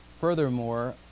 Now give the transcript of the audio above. furthermore